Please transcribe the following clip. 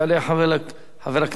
יעלה חבר הכנסת